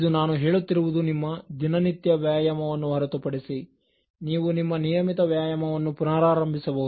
ಇದು ನಾನು ಹೇಳುತ್ತಿರುವುದು ನಿಮ್ಮ ದಿನ ನಿತ್ಯ ವ್ಯಾಯಾಮವನ್ನು ಹೊರತುಪಡಿಸಿ ನೀವು ನಿಮ್ಮ ನಿಯಮಿತ ವ್ಯಾಯಾಮವನ್ನು ಪುನರಾರಂಭಿಸ ಬಹುದು